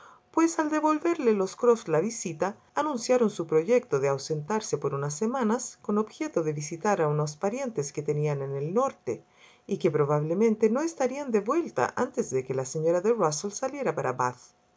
pues al devolverle los croft la visita anunciaron su proyecto de ausentarse por unas semanas con objeto de visitar a unos parientes que tenían en el norte y que probablemente no estarían de vuelta antes de que la señora de rusell saliera para bath de